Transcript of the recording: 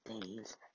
days